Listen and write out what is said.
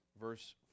Verse